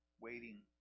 waiting